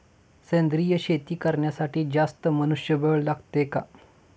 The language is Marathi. सेंद्रिय शेती करण्यासाठी जास्त मनुष्यबळ लागते का?